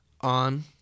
on